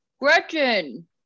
Gretchen